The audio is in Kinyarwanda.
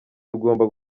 tugomba